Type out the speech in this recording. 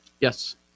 Yes